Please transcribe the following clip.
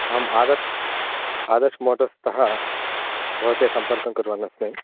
अहम् आदर्शः आदर्शः मोटर्स्तः भवते सम्पर्कं कुर्वन् अस्मि